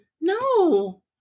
No